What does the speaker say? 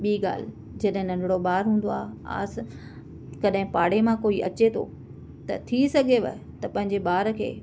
ॿी ॻाल्हि जॾहिं नंढड़ो ॿारु हूंदो आहे आस कॾहिं पाड़े मां कोई अचे थो त थी सघेव त पंहिंजे ॿार खे